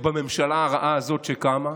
בממשלה הרעה הזאת שקמה,